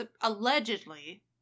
allegedly